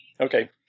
Okay